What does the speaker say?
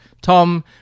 Tom